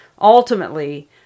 Ultimately